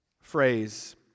phrase